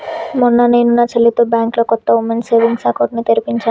మొన్న నేను నా చెల్లితో బ్యాంకులో కొత్త ఉమెన్స్ సేవింగ్స్ అకౌంట్ ని తెరిపించాను